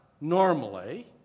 normally